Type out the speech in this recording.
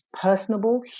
personable